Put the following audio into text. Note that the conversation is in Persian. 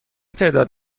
تعداد